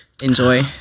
enjoy